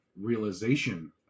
realization